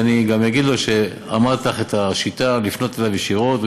ואני גם אגיד לו שאמרתי לך את השיטה לפנות אליו ישירות.